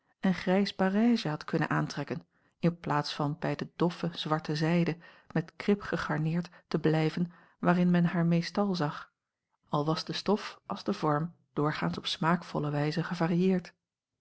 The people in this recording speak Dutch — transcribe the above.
en grijs barège had kunnen aantrekken in plaats van bij de doffe zwarte zijde met krip gegarneerd te blijven waarin men haar meestal zag al was de stof als de vorm doorgaans op smaakvolle wijze gevarieerd